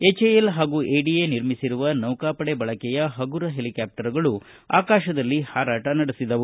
ಹೆಚ್ AL ಹಾಗೂ ADA ನಿರ್ಮಿಸಿರುವ ನೌಕಾಪಡೆ ಬಳಕೆಯ ಪಗುರ ಹೆಲಿಕಾಪ್ಷರ್ಗಳು ಆಕಾಶದಲ್ಲಿ ಹಾರಾಟ ನಡೆಸಿದವು